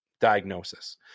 diagnosis